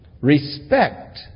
respect